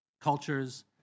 cultures